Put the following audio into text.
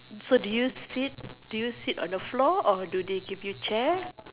so do you seat do you seat on the floor or do they give you chair